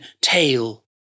tail